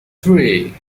three